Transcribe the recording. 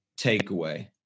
takeaway